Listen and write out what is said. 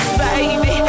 baby